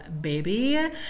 baby